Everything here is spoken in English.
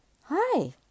Hi